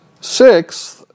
Sixth